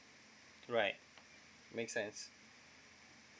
right make sense